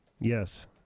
Yes